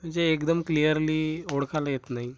म्हणजे एकदम क्लिअरली ओळखाला येत नाही